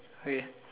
okay